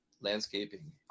landscaping